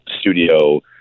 studio